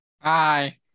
Hi